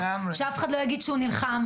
ושאף אחד לא יגיד שהוא נלחם.